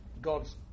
God's